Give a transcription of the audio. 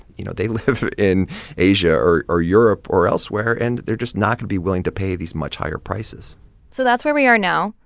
you know, they live in asia or or europe or elsewhere. and they're just not going to be willing to pay these much higher prices so that's where we are now.